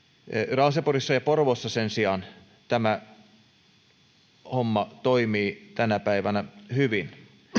raaseporissa ja porvoossa sen sijaan tämä homma toimii tänä päivänä hyvin